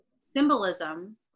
symbolism